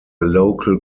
local